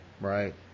right